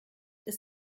ist